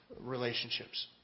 relationships